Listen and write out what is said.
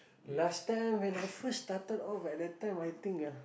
last time when I first started off at the time I think ah